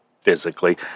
physically